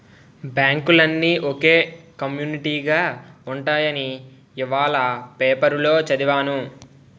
బాంకులన్నీ ఒకే కమ్యునీటిగా ఉంటాయని ఇవాల పేపరులో చదివాను